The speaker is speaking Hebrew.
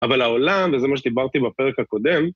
אבל העולם, וזה מה שדיברתי בפרק הקודם,